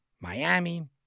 Miami